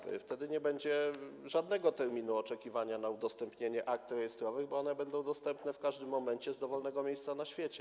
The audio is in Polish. Wtedy nie będzie żadnego terminu oczekiwania na udostępnienie akt rejestrowych, bo one będą dostępne w każdym momencie z dowolnego miejsca na świecie.